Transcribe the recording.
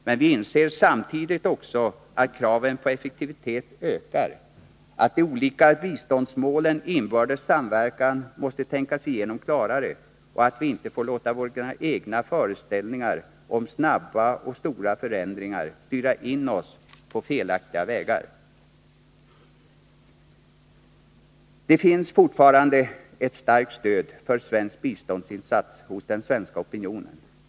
Men vi inser samtidigt att kraven på effektivitet ökar, att de olika biståndsmålens inbördes samverkan måste tänkas igenom klarare och att vi inte får låta våra egna föreställningar om snabba och stora förändringar styra in oss på felaktiga vägar. Det finns fortfarande ett starkt stöd för svenska biståndsinsatser hos den svenska opinionen.